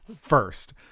first